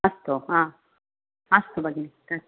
अस्तु अस्तु भगिनी